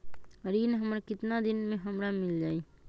ऋण हमर केतना दिन मे हमरा मील जाई?